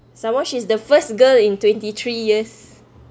some more she's the first girl in twenty three years